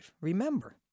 Remember